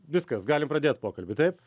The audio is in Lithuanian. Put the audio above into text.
viskas galim pradėt pokalbį taip